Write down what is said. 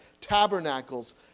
tabernacles